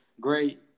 great